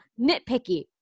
nitpicky